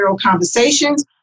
conversations